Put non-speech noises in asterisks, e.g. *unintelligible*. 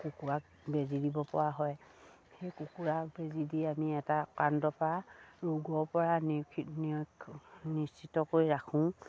কুকুৰাক বেজী দিব পৰা হয় সেই কুকুৰা বেজী দি আমি এটা *unintelligible* ৰোগৰ পৰা *unintelligible* নিশ্চিত কৰি ৰাখোঁ